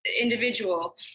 individual